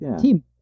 team